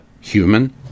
human